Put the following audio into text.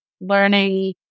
learning